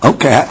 Okay